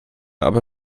aber